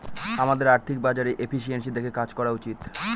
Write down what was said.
আমাদের আর্থিক বাজারে এফিসিয়েন্সি দেখে কাজ করা উচিত